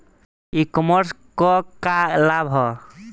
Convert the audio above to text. E commerce क का लाभ ह?